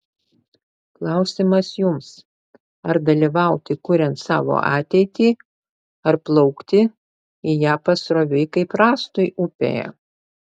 klausimas jums ar dalyvauti kuriant savo ateitį ar plaukti į ją pasroviui kaip rąstui upėje